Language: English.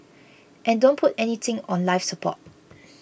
and don't put anything on life support